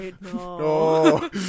No